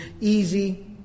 easy